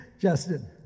Justin